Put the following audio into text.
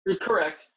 Correct